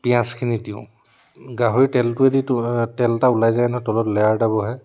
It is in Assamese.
পিঁয়াজখিনি দিওঁ গাহৰি তেলটো দি তো তেল এটা ওলাই যায় নহয় তলত লেয়াৰ এটা বহে